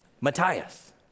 Matthias